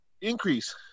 increase